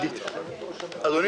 אדוני